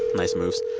nice moves.